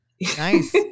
Nice